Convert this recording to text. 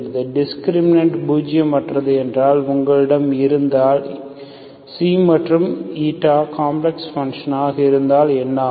discriminant பூஜ்ஜியம் அற்றது என்றால் உங்களிடம் இருந்தால் மற்றும் காம்ப்ளக்ஸ் பன்ஷனாக இருந்தால் என்ன ஆகும்